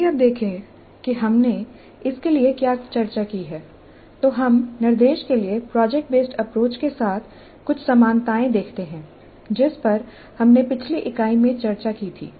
यदि आप देखें कि हमने इसके लिए क्या चर्चा की है तो हम निर्देश के लिए प्रोजेक्ट बेसड अप्रोच के साथ कुछ समानताएं देखते हैं जिस पर हमने पिछली इकाई में चर्चा की थी